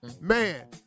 man